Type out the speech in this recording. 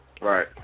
Right